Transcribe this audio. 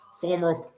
Former